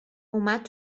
اومد